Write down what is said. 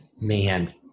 Man